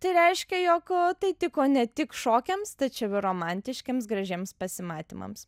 tai reiškia jog tai tiko ne tik šokiams tačiau ir romantiškiems gražiems pasimatymams